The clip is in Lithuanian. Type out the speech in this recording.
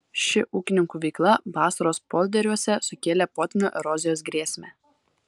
ši ūkininkų veikla vasaros polderiuose sukėlė potvynio erozijos grėsmę